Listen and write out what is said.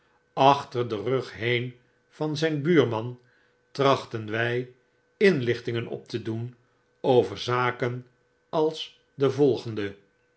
achter den rug heen van zyn buurman trachten wij inlichtingen op te doen over zaken als de volgende